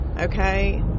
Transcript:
okay